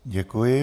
Děkuji.